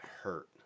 hurt